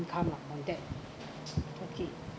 income lah my debt okay